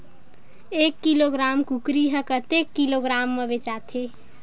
एक किलोग्राम कुकरी ह कतेक किलोग्राम म बेचाथे?